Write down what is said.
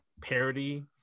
parody